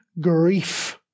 grief